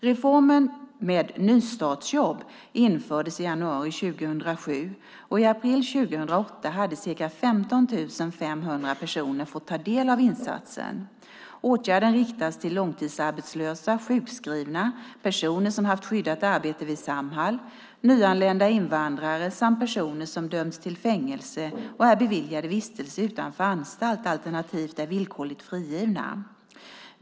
Reformen med nystartsjobb infördes i januari 2007, och i april 2008 hade ca 15 500 personer fått ta del av insatsen. Åtgärden riktas till långtidsarbetslösa, sjukskrivna, personer som haft skyddat arbete vid Samhall, nyanlända invandrare samt personer som dömts till fängelse och är beviljade vistelse utanför anstalt alternativt är villkorligt frigivna.